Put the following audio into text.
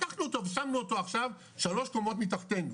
לקחנו אותו ושמנו אותו עכשיו שלוש קומות מתחתנו,